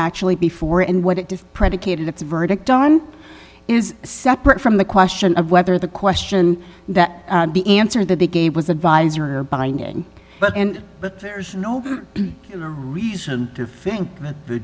actually before and what it is predicated its verdict on is separate from the question of whether the question that the answer that he gave was advisory or binding but in but there's no reason to think that the